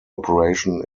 operation